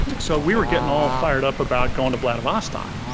so we were getting all fired up about going to vladivostok.